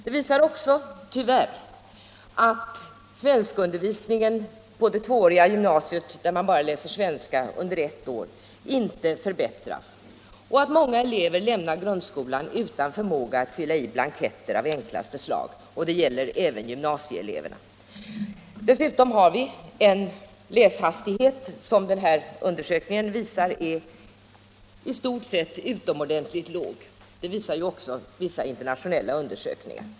Den visar också, tyvärr, att svenskundervisningen på det tvååriga gymnasiet, där man bara läser svenska under ett år, inte förbättrats och att många elever lämnar grundskolan utan förmåga att fylla i blanketter av enklaste slag. Detta gäller även gymnasieeleverna. Dessutom har de en läshastighet, det visar den här undersökningen, som är utomordentligt låg. Detsamma visar olika internationella undersökningar.